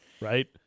Right